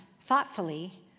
thoughtfully